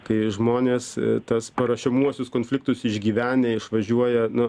kai žmonės tas paruošiamuosius konfliktus išgyvenę išvažiuoja nu n